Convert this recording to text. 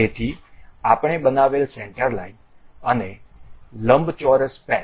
તેથી આપણે બનાવેલ સેન્ટર લાઈન અને લંબચોરસ પેચ